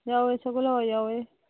ꯌꯥꯎꯋꯦ ꯁꯒꯣꯜ ꯍꯋꯥꯏ ꯌꯥꯎꯋꯦ